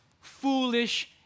foolish